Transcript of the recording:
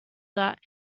that